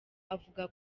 avuga